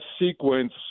sequence